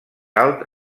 alt